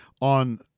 on